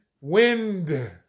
wind